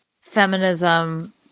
feminism